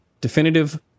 definitive